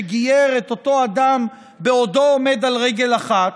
שגייר את אותו אדם בעודו עומד על רגל אחת.